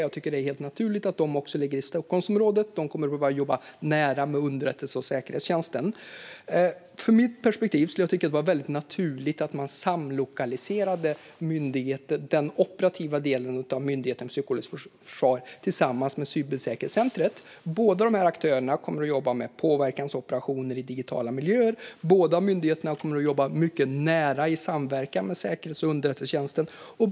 Jag tycker att det helt naturligt att de också ligger i Stockholmsområdet. De kommer att behöva jobba nära underrättelse och säkerhetstjänsten. Från mitt perspektiv skulle jag tycka att det var väldigt naturligt att man samlokaliserade den operativa delen av myndigheten för psykologiskt försvar med cybersäkerhetscentret. Båda dessa aktörer kommer att jobba med påverkansoperationer i digitala miljöer. Båda kommer att jobba i mycket nära samverkan med säkerhets och underrättelsetjänsten.